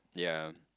yea